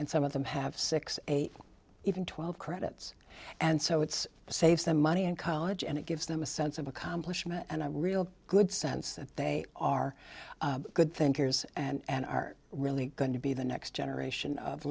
and some of them have six eight even twelve credits and so it's saves them money on college and it gives them a sense of accomplishment and i'm a real good sense that they are good thinkers and are really going to be the next generation of